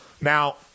Now